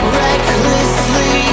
recklessly